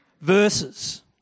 verses